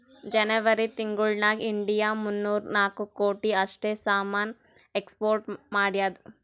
ಜನೆವರಿ ತಿಂಗುಳ್ ನಾಗ್ ಇಂಡಿಯಾ ಮೂನ್ನೂರಾ ನಾಕ್ ಕೋಟಿ ಅಷ್ಟ್ ಸಾಮಾನ್ ಎಕ್ಸ್ಪೋರ್ಟ್ ಮಾಡ್ಯಾದ್